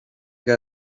que